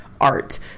art